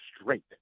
straight